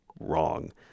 wrong